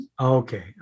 Okay